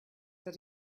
that